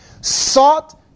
sought